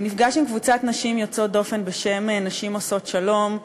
הוא נפגש עם קבוצת נשים יוצאות דופן בשם "נשים עושות שלום",